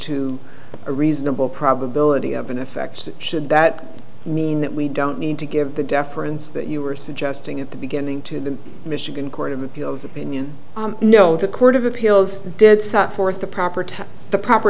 to a reasonable probability of an effect should that mean that we don't need to give the deference that you were suggesting at the beginning to the michigan court of appeals opinion no the court of appeals did suffer if the proper time the proper